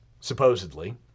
supposedly